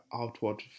outward